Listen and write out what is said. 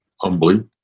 Humbly